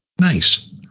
Nice